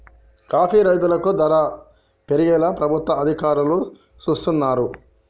coffee రైతులకు ధర పెరిగేలా ప్రభుత్వ అధికారులు సూస్తున్నారు